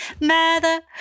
Mother